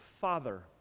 father